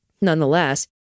Nonetheless